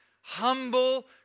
humble